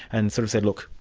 and sort of said, look,